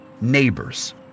neighbors